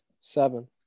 seven